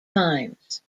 times